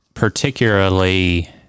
Particularly